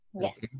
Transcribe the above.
yes